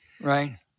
Right